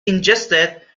ingested